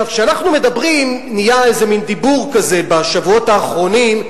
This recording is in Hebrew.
נהיה מין דיבור כזה בשבועות האחרונים,